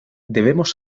debemos